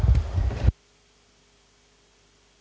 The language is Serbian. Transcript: Hvala,